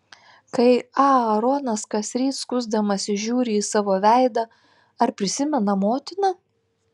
kai aaronas kasryt skusdamasis žiūri į savo veidą ar prisimena motiną